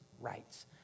rights